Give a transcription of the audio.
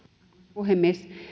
puhemies